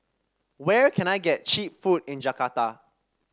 where can I get cheap food in Jakarta